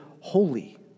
holy